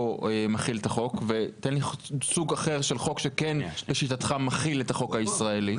מחיל את החוק ותן לי סוג אחר של חוק שכן לשיטתך מחיל את החוק הישראלי.